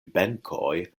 benkoj